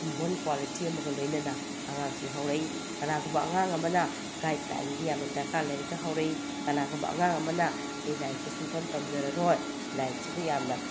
inborn quality ꯑꯃꯒ ꯂꯣꯏꯅꯅ ꯑꯉꯥꯡꯁꯤ ꯍꯧꯔꯛꯏ ꯀꯅꯥꯒꯨꯝꯕ ꯑꯉꯥꯡ ꯑꯃꯅ ꯒꯥꯏꯠꯂꯥꯏꯟꯒꯤ ꯌꯥꯝꯅ ꯗ꯭ꯔꯀꯥꯔ ꯂꯩꯔꯒ ꯍꯧꯔꯛꯏ ꯀꯅꯥꯒꯨꯝꯕ ꯑꯉꯥꯡ ꯑꯃꯅ ꯑꯩ ꯂꯥꯏꯔꯤꯛꯁꯦ ꯁꯨꯡꯇꯝ ꯇꯝꯖꯔꯔꯣꯏ ꯂꯥꯏꯔꯤꯛꯁꯤꯕꯨ ꯌꯥꯝꯅ